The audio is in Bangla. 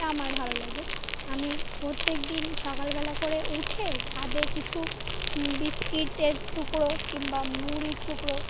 এটা আমার ভালো লাগে আমি প্রত্যেকদিন সকালবেলা করে উঠে ছাদে কিছু বিস্কিটের টুকরো কিংবা মুড়ির টুকরো